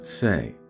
say